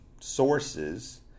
sources